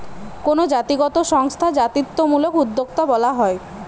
কোনো জাতিগত সংস্থা জাতিত্বমূলক উদ্যোক্তা বলা হয়